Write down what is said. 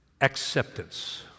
acceptance